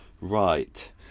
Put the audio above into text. right